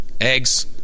eggs